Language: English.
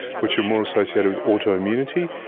which are more associated with autoimmunity,